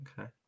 okay